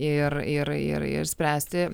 ir ir ir ir spręsti